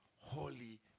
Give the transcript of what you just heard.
holy